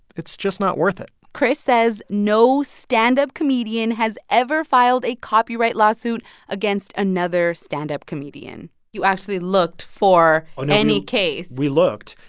it's just not worth it chris says no stand-up comedian has ever filed a copyright lawsuit against another stand-up comedian you actually looked for any case we looked.